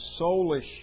soulish